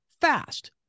Fast